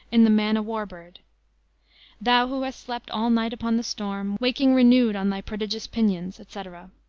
in the man-o'-war-bird thou who hast slept all night upon the storm, waking renewed on thy prodigious pinions, etc,